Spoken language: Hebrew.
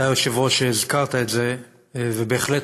אתה, היושב-ראש, הזכרת את זה, ובהחלט